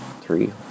three